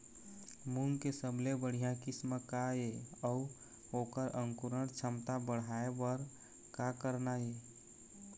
मूंग के सबले बढ़िया किस्म का ये अऊ ओकर अंकुरण क्षमता बढ़ाये बर का करना ये?